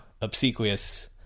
obsequious